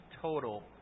Total